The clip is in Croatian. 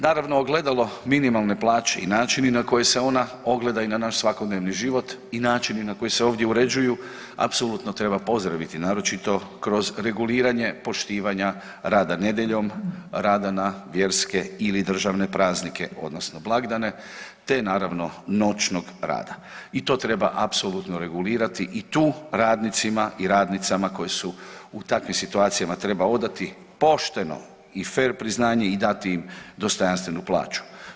Naravno ogledalo minimalne plaće i načini na koje se ona ogleda i naš svakodnevni život i načini na koji se ovdje uređuju apsolutno treba pozdraviti naročito kroz reguliranje poštivanja rada nedjeljom, rada na vjerske ili državne praznike, odnosno blagdane, te naravno, noćnog rada i to treba apsolutno regulirati i tu radnicima i radnicama koje su u takvim situacijama treba odati pošteno i fer priznanje i dati im dostojanstvenu plaću.